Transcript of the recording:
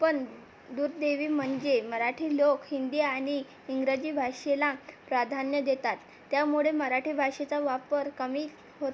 पण दुर्दैवी म्हणजे मराठी लोक हिंदी आणि इंग्रजी भाषेला प्राधान्य देतात त्यामुळे मराठी भाषेचा वापर कमी होत